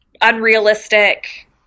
unrealistic